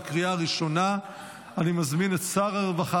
אושרה בקריאה ראשונה ותעבור לדיון בוועדת החוקה,